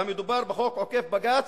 והמדובר בחוק עוקף בג"ץ,